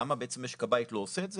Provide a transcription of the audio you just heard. למה בעצם משק הבית לא עושה את זה?